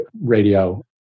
Radio